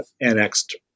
annexed